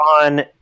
on